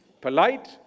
polite